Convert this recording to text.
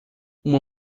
uma